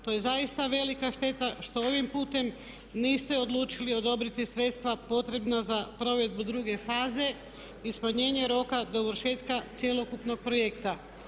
To je zaista velika šteta što ovim putem niste odlučili odobriti sredstva potrebna za provedbu druge faze i smanjenje roka dovršetka cjelokupnog projekta.